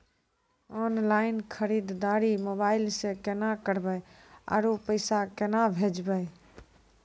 Online खरीददारी mobile से केना करबै, आरु पैसा केना भेजबै?